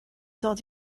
dod